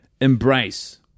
embrace